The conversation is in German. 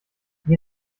die